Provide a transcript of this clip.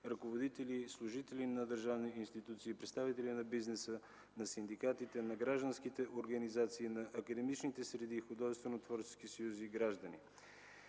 ръководители, служители на държавни институции, представители на бизнеса, на синдикатите, на гражданските организации, на академичните среди и художествено-творческите съюзи и граждани.